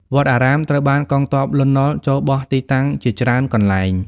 វត្តអារាមត្រូវបានកងទ័ព លន់ នល់ ចូលបោះទីតាំងជាច្រើនកន្លែង ។